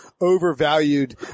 overvalued